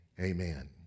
amen